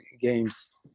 games